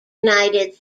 united